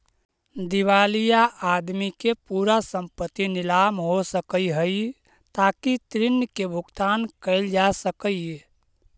दिवालिया आदमी के पूरा संपत्ति नीलाम हो सकऽ हई ताकि ऋण के भुगतान कैल जा सकई